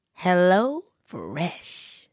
HelloFresh